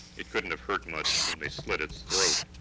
it couldn't have hurt much when they slit its throat.